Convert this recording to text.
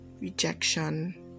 rejection